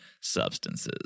substances